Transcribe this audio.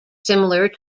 similar